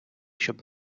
щоб